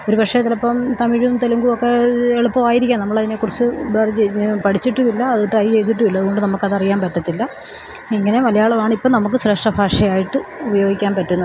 ഒരുപക്ഷെ ചിലപ്പോള് തമിഴും തെലുങ്കുമൊക്കെ എളുപ്പമായിരിക്കാം നമ്മള് അതിനെക്കുറിച്ച് പഠിച്ചിട്ടുമില്ല അത് ട്രൈ ചെയ്തിട്ടുമില്ല അതുകൊണ്ട് നമ്മള്ക്കത് അറിയാന് പറ്റത്തില്ല ഇങ്ങനെ മലയാളമാണ് ഇപ്പോള് നമ്മള്ക്ക് ശ്രേഷ്ഠ ഭാഷയായിട്ട് ഉപയോഗിക്കാന് പറ്റുന്നത്